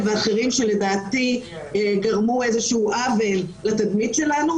ואחרים שלדעתי גרמו איזשהו עוול לתדמית שלנו,